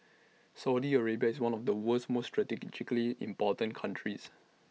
Saudi Arabia is one of the world's most strategically important countries